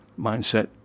mindset